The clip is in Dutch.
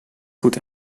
goed